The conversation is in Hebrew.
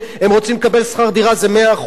הם רוצים לקבל שכר דירה, זה מאה אחוז.